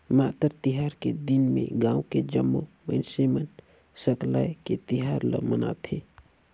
मातर तिहार के दिन में गाँव के जम्मो मइनसे मन सकलाये के तिहार ल मनाथे